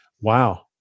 wow